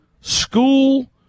school